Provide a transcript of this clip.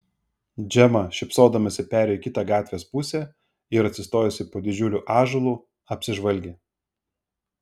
džema šypsodamasi perėjo į kitą gatvės pusę ir atsistojusi po didžiuliu ąžuolu apsižvalgė